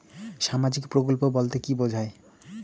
সামাজিক প্রকল্প বলতে কি বোঝায়?